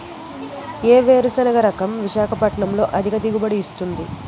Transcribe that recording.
ఏ వేరుసెనగ రకం విశాఖపట్నం లో అధిక దిగుబడి ఇస్తుంది?